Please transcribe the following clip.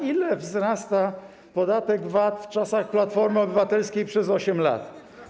Ile wzrasta podatek VAT w czasach Platformy Obywatelskiej przez 8 lat?